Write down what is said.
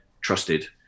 trusted